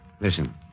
Listen